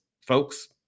folks